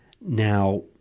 Now